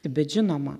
bet žinoma